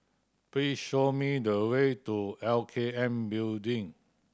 please show me the way to L K N Building